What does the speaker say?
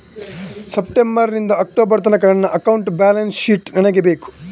September ನಿಂದ October ತನಕ ನನ್ನ ಅಕೌಂಟ್ ಬ್ಯಾಲೆನ್ಸ್ ಶೀಟ್ ನನಗೆ ಬೇಕು